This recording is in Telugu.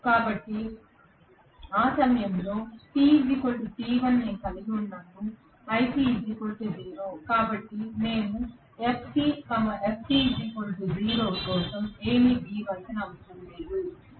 కాబట్టి ఆ సమయంలో t t1 నేను కలిగి ఉన్నాను కాబట్టి నేను FC FC0 కోసం ఏమీ గీయవలసిన అవసరం లేదు